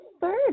third